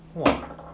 !wah!